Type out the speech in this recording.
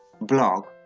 blog